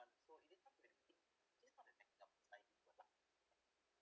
so it is this not an